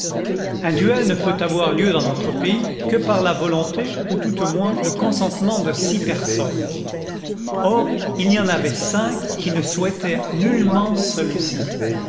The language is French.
un duel ne peut avoir heu dans notre pays que par la volonté ou tout au moins le consen tement de six personnes or il y en avait cinq qui ne souhaitaient nullement celui-ci